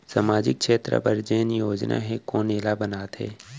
सामाजिक क्षेत्र बर जेन योजना हे कोन एला बनाथे?